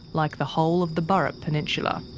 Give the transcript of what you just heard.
like the whole of the burrup peninsula.